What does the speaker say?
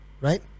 right